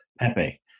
Pepe